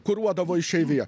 kuruodavo išeiviją